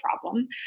problem